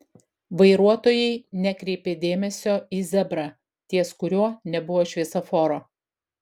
vairuotojai nekreipė dėmesio į zebrą ties kuriuo nebuvo šviesoforo